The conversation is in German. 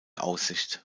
aussicht